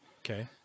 Okay